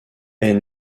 est